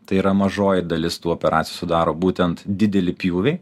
tai yra mažoji dalis tų operacijų sudaro būtent didelį pjūvį